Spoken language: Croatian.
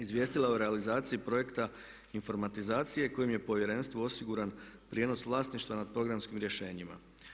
Izvijestilo je o realizaciji projekta informatizacije kojim je Povjerenstvu osiguran prijenos vlasništva nad programskim rješenjima.